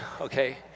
Okay